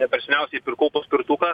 ne per seniausia pirkau paspirtuką